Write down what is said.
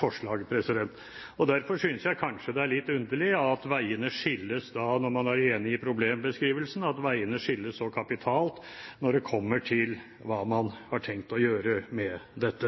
forslag. Derfor synes jeg det er litt underlig, når man er enig i problembeskrivelsen, at veiene skilles så kapitalt når det kommer til hva man har tenkt å gjøre med